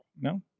no